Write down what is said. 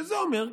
שזה אומר,